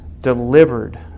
delivered